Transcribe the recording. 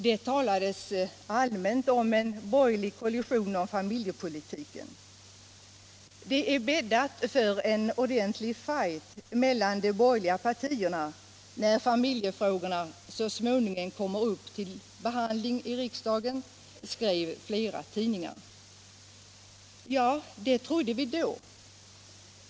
Det talades allmänt om en borgerlig kollision i familjepolitiken. Det är bäddat för en ordentlig fight mellan de borgerliga partierna när familjefrågorna så småningom kommer upp till behandling i riksdagen, skrev flera tidningar. Ja, det trodde vi då.